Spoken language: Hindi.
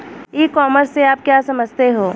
ई कॉमर्स से आप क्या समझते हो?